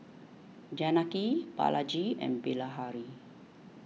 Janaki Balaji and Bilahari